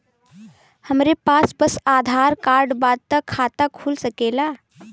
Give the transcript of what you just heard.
हमरे पास बस आधार कार्ड बा त खाता खुल सकेला?